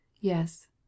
Yes